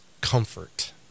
comfort